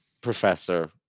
professor